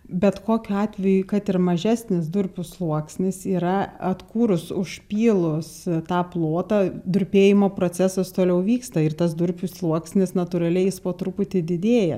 bet kokiu atveju kad ir mažesnis durpių sluoksnis yra atkūrus užpylus tą plotą durpėjimo procesas toliau vyksta ir tas durpių sluoksnis natūraliai jis po truputį didėja